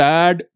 Sad